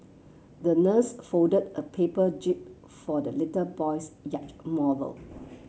the nurse folded a paper jib for the little boy's yacht model